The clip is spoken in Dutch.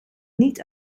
niet